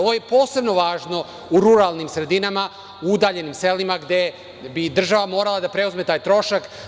Ovo je posebno važno u ruralnim sredinama, udaljenim selima, gde bi država morala da preuzme taj trošak.